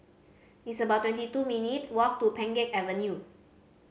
it's about twenty two minutes' walk to Pheng Geck Avenue